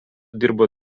dirbo